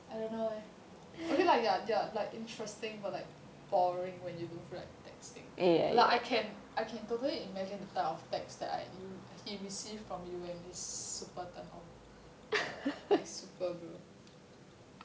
I don't know leh okay lah you're you're like interesting but like boring when you don't feel like texting like I can I can totally imagine the type of text that I you he received from you and it's super turn off like super bro